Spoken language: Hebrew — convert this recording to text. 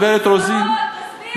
הגברת רוזין,